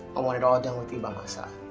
i want it all done with you by my side.